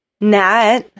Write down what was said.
Nat